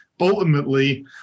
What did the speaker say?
ultimately